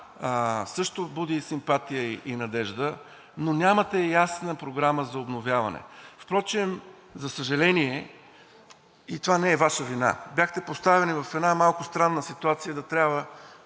също буди симпатия и надежда, но нямате ясна програма за обновяване. Впрочем, за съжаление, и това не е Ваша вина, бяхте поставен в една малко странна ситуация да трябва